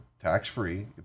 tax-free